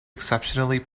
exceptionally